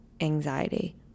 anxiety